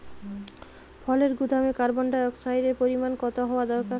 ফলের গুদামে কার্বন ডাই অক্সাইডের পরিমাণ কত হওয়া দরকার?